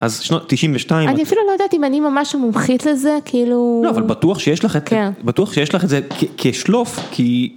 אז תשעים ושתיים, אני אפילו לא יודעת אם אני ממש מומחית לזה, כאילו, לא, אבל בטוח שיש לך , בטוח שיש לך את זה כשלוף כי.